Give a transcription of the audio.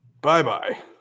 Bye-bye